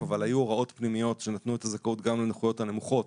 אבל היו הוראות פנימיות שנתנו את הזכאות גם לנכויות הנמוכות,